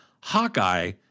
Hawkeye